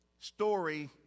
story